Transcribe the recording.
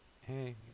hey